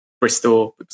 Bristol